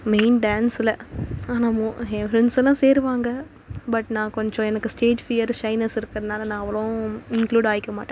main டான்ஸில் ஆனால் மோ என் ஃப்ரெண்ட்ஸ் எல்லாம் சேருவாங்கள் பட் நான் கொஞ்சம் எனக்கு ஸ்டேஜ் ஃபியர் ஷைனஸ் இருக்கிறனால நான் அவ்வளோவும் இன்க்ளூட் ஆகிக்க மாட்டேன்